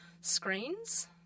screens